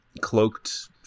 cloaked